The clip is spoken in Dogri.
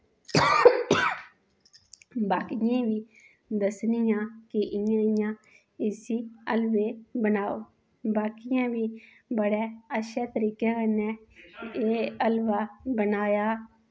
बाकियें बी दस्सनी आं कि इ'यां इ'यां इस्सी हलवे बनाओ बाकियैं बी बड़ै अच्छे तरीके कन्नै एह् हलवा बनाएया